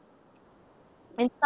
in some